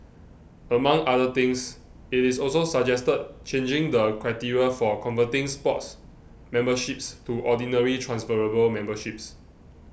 among other things it also suggested changing the criteria for converting Sports memberships to Ordinary transferable memberships